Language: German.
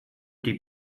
die